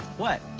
what?